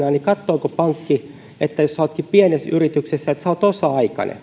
niin katsooko pankki jos sinä oletkin pienessä yrityksessä että sinä olet osa aikainen